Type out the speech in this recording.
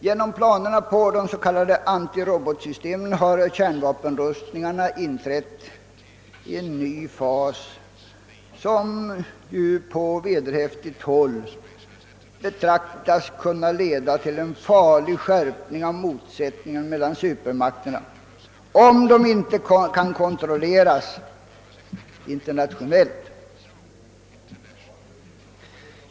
— Genom planerna på de s.k. antirobotsystemen har kärnvapenrustningarna inträtt i en ny fas, som på vederhäftigt håll anses kunna leda till en farlig skärpning av motsättningarna mellan supermakterna, om det inte går att få till stånd en internationell kontroll.